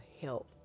help